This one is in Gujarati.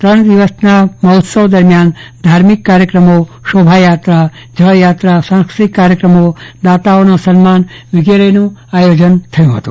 ત્રણ દિવસીયના મહોત્સવ દરમ્યાન ધાર્મિક કાર્યકમ શોભાયાત્રા જલયાત્રા સાંસ્કતિક કાર્યક્રમો દાતાઓના સન્માન વિગરેન આયોજન થયું હત